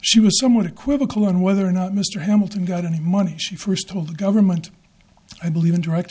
she was somewhat equivocal on whether or not mr hamilton got any money she first told the government i believe in direct